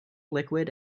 liquid